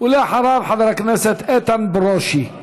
אחריו, חבר הכנסת איתן ברושי.